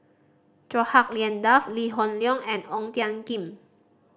Chua Hak Lien Dave Lee Hoon Leong and Ong Tiong Khiam